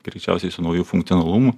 greičiausiai su nauju funkcionalumu